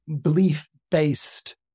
belief-based